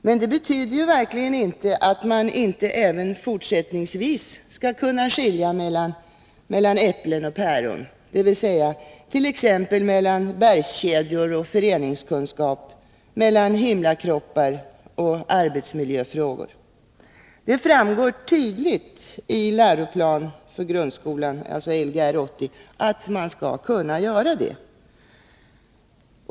Men det betyder verkligen inte att man inte även fortsättningsvis skall kunna skilja mellan äpplen och päron —t.ex. mellan bergskedjor och föreningskunskap, mellan himlakroppar och arbetsmiljöfrågor. Det framgår tydligt i Lgr 80 att man skall kunna göra det.